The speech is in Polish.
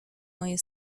moje